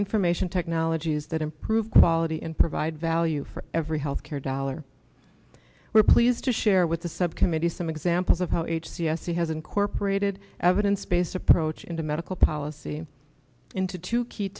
information technologies that improve quality and provide value for every health care dollar we're pleased to share with the subcommittee some examples of how each c s c has incorporated evidence based approach into medical policy into two ke